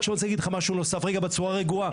--- אני רוצה להגיד לך משהו נוסף בצורה רגועה,